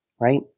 right